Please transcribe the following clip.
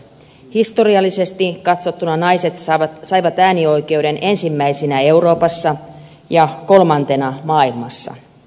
historiallisesti katsottuna naiset saivat äänioikeuden ensimmäisinä euroopassa ja kolmantena maailmassa